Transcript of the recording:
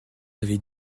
avais